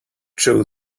true